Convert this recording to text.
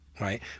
right